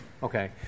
Okay